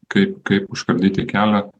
kaip kaip užkardyti kelią